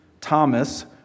Thomas